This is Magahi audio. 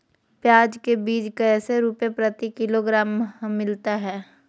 प्याज के बीज कैसे रुपए प्रति किलोग्राम हमिलता हैं?